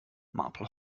marple